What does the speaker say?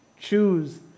choose